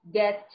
get